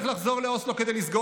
יש לחזור לאוסלו לא כדי לסגור